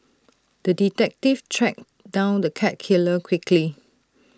the detective tracked down the cat killer quickly